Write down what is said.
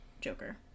joker